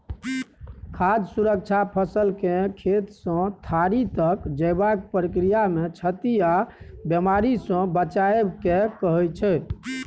खाद्य सुरक्षा फसलकेँ खेतसँ थारी तक जेबाक प्रक्रियामे क्षति आ बेमारीसँ बचाएब केँ कहय छै